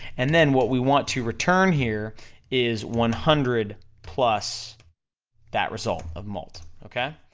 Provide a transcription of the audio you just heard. and then what we want to return here is one hundred plus that result of mult, okay?